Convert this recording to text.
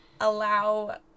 allow